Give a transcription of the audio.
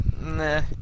nah